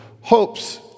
hopes